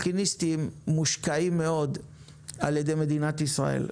מכיניסטים מושקעים מאוד על ידי מדינת ישראל,